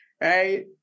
Right